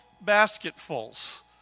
basketfuls